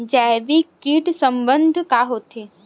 जैविक कीट प्रबंधन का होथे?